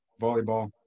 volleyball